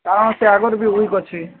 କାରଣ ସେ ଆଗରୁ ବି ଉଇକ୍ ଅଛି